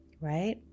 right